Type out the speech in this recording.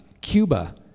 Cuba